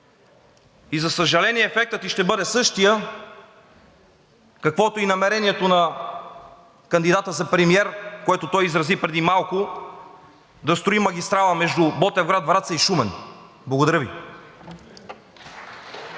и за съжаление, ефектът ѝ ще бъде същият, каквото е и намерението на кандидата за премиер, което изрази преди малко, да строи магистрала между Ботевград, Враца и Шумен. Благодаря Ви.